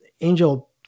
angel